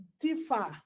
differ